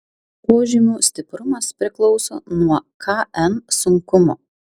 požymių stiprumas priklauso nuo kn sunkumo